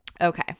Okay